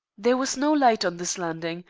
there was no light on this landing,